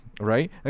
right